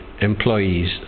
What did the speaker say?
employees